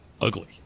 ugly